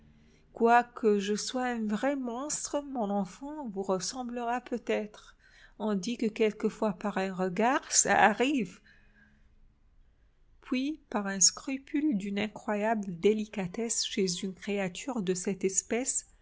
quoique je sois un vrai monstre mon enfant vous ressemblera peut-être on dit que quelquefois par un regard ça arrive puis par un scrupule d'une incroyable délicatesse chez une créature de cette espèce